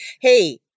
Hey